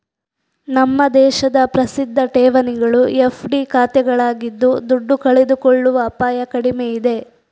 ನಮ್ಮ ದೇಶದ ಪ್ರಸಿದ್ಧ ಠೇವಣಿಗಳು ಎಫ್.ಡಿ ಖಾತೆಗಳಾಗಿದ್ದು ದುಡ್ಡು ಕಳೆದುಕೊಳ್ಳುವ ಅಪಾಯ ಕಡಿಮೆ ಇದೆ